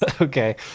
Okay